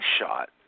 shot